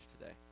today